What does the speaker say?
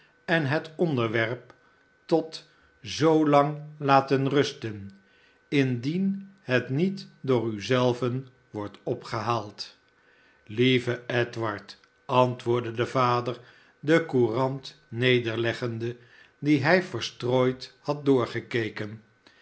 en het onderwerp tot zoolang laten rusten indien het met door u zelven wordt opgehaald lie ve edward antwoordde de vader de courant nederleggende die hij verstrooid had